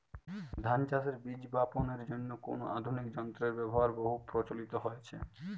ধান চাষের বীজ বাপনের জন্য কোন আধুনিক যন্ত্রের ব্যাবহার বহু প্রচলিত হয়েছে?